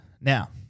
Now